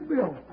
Bill